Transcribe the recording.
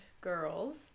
girls